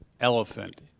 elephant